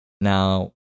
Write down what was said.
Now